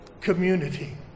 community